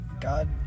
god